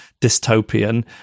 dystopian